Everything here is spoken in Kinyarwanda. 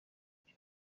ibyo